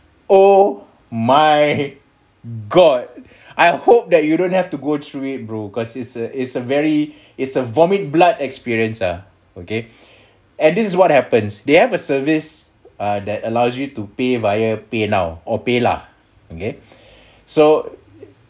oh my god I hope that you don't have to go through it bro cause it's a it's a very it's a vomit blood experience ah okay and this is what happens they have a service uh that allows you to pay via paynow or paylah okay so